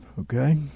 okay